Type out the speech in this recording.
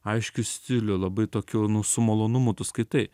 aiškiu stiliu labai tokiu nu su malonumu tu skaitai